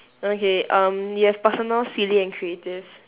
okay um you have personal silly and creative